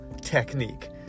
technique